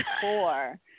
four